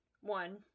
one